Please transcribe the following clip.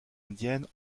indiennes